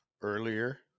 earlier